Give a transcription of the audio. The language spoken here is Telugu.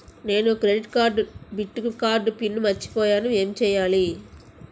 నేను క్రెడిట్ కార్డ్డెబిట్ కార్డ్ పిన్ మర్చిపోయేను ఎం చెయ్యాలి?